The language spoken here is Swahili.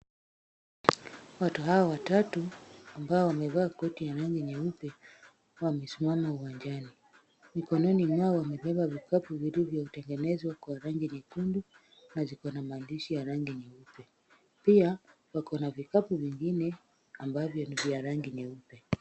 Watu hawa watatu ambao wamevaa koti ya rangi nyeupe wamesimama uwanjani. Mikononi mwao wamebeba mikopo iliyotengenezwa kwa rangi nyekundu na ziko na maandishi ya rangi nyeupe. Pia wako na vikopo vingine ambavyo ni vya rangi nyeupe.